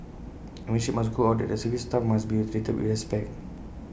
A message must go out that service staff must be treated with respect